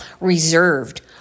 reserved